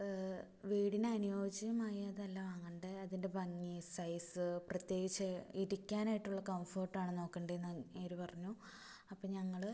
വീടിനനുയോജ്യമായതല്ല വാങ്ങേണ്ടത് അതിൻ്റെ ഭംഗി സൈസ് പ്രത്യേകിച്ച് ഇരിക്കാനായിട്ടുള്ള കംഫേർട്ട് ആണ് നോക്കേണ്ടത് എന്ന് അങ്ങേർ പറഞ്ഞു അപ്പോൾ ഞങ്ങൾ